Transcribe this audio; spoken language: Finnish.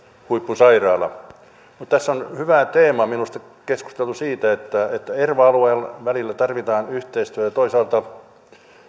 huippusairaala tässä on hyvä teema minusta keskustelu siitä että erva alueiden välillä tarvitaan yhteistyötä ja toisaalta